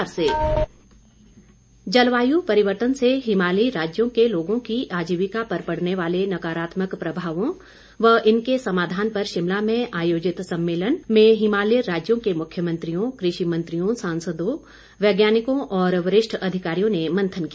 सम्मेलन जलवायू परिर्वतन से हिमालयी राज्यों के लोगों की आजीविका पर पड़ने वाले नकारात्मक प्रभावों व इनके समाधान पर शिमला में आयोजित सम्मेलन में हिमालयी राज्यों के मुख्यमंत्रियों कृषि मंत्रियों सांसदों वैज्ञानिकों और वरिष्ठ अधिकारियों ने मंथन किया